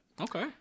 Okay